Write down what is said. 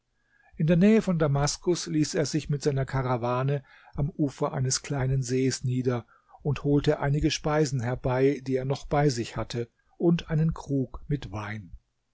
in der nähe von damaskus ließ er sich mit seiner karawane am ufer eines kleinen sees nieder und holte einige speisen herbei die er noch bei sich hatte und einen krug mit wein